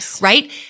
Right